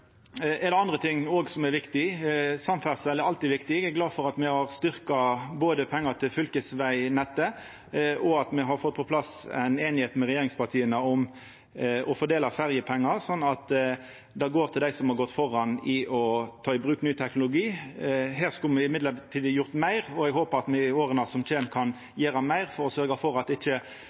er det òg andre ting som er viktige. Samferdsel er alltid viktig. Eg er glad for at me har styrkt løyvingane til fylkesvegnettet, og at me har fått på plass einigheit med regjeringspartia om å fordela ferjepengar, sånn at det går til dei som har gått føre i å ta i bruk ny teknologi. Her skulle me likevel gjort meir, og eg håpar at me i åra som kjem, kan gjera meir for å sørgja for at ikkje